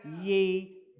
ye